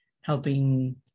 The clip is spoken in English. helping